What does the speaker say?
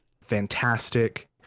fantastic